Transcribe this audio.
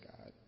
God